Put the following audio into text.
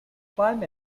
climb